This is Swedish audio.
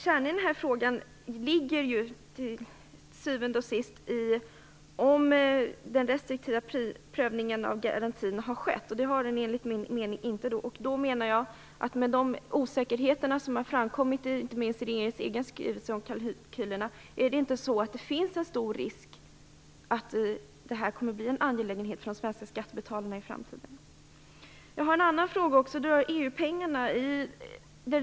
Kärnan i den här frågan ligger ju till syvende och sist i om den restriktiva prövningen av garantin har skett. Det har den inte, enligt min mening. Med de osäkerheter som har framkommit, inte minst i regeringens egen skrivelse om kalkylerna, finns det då inte en stor risk för att det här kommer att bli en angelägenhet för de svenska skattebetalarna i framtiden? Jag har också en annan fråga, som rör EU pengarna.